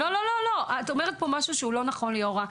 לא, את אומרת פה משהו שהוא לא נכון, ליאורה.